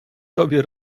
tobie